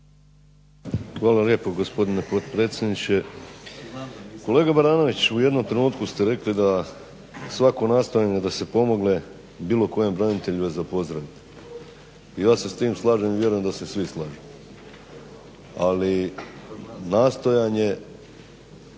Hvala lijepo gospodine potpredsjedniče. Kolega Baranović, u jednom trenutku ste rekli da svako nastojanje da se pomogne bilo kojem branitelju je za pozdraviti i ma se s tim slažem i vjerujem da se svi slažemo. Ali nastojanje